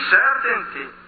certainty